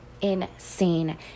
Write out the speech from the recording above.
Insane